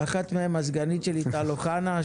ואחת מהן הסגנית שלי טל אוחנה,